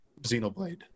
xenoblade